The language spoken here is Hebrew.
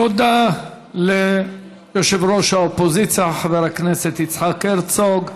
תודה ליושב-ראש האופוזיציה חבר הכנסת יצחק הרצוג.